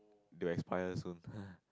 they will expire soon